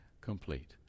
complete